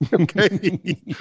okay